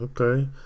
Okay